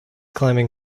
climbing